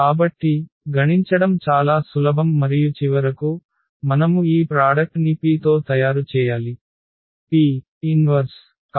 కాబట్టి గణించడం చాలా సులభం మరియు చివరకు మనము ఈ ప్రాడక్ట్ ని P తో తయారు చేయాలి P 1